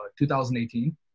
2018